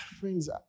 friends